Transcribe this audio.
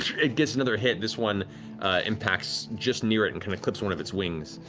it gets another hit. this one impacts just near it and kind of clips one of its wings.